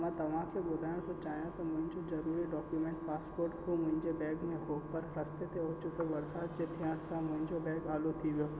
मां तव्हांखे ॿुधाइणु थो चाहियां त मुंहिंजो ज़रूरी डॉक्यूमेंट पासपोर्ट जो मुंहिंजे बैग में हो पर रस्ते ते ओचितो बरसाति जे थियण सां मुंहिंजो बैग आलो थी वियो